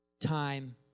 time